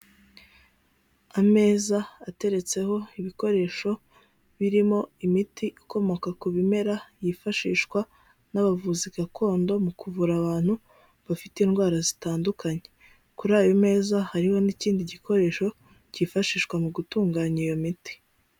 Ameza ateretseho ibikoresho birimo imiti ikomoka ku bimera yifashishwa n'abavuzi gakondo mu kuvura abantu bafite indwara zitandukanye, kuri ayo meza hariho n'ikindi gikoresho cyifashishwa mu gutunganya iyo miti.